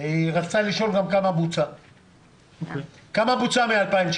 וכמה בוצע מ-2019?